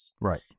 Right